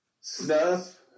Snuff